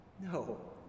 No